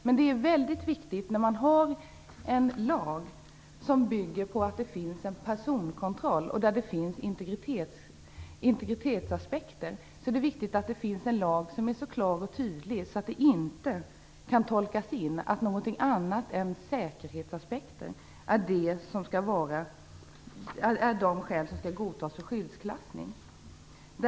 Men när man har en lag som bygger på att det finns en personkontroll, och där det finns integritetsaspekter, är det viktigt att den lagen är så klar och tydlig att det inte kan tolkas in att någonting annat än säkerhetsaspekter skall godtas som skäl för skyddsklassning.